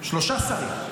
שלושה שרים.